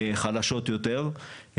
חלשות יותר,